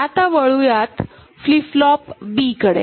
आता वळूयात flip flop B कडे